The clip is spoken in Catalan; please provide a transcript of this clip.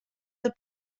del